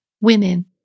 women